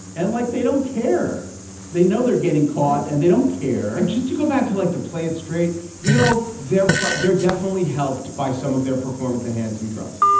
and like they don't care they know they're getting caught and they don't care and just to go back to like to play it straight you know they're there definitely helped by some of their performance enhancing drugs.